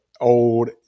old